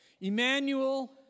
Emmanuel